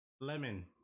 lemon